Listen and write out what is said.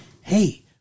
hey